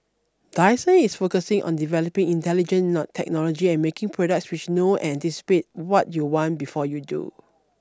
Dyson is focusing on developing intelligent not technology and making products which know anticipate what you want before you do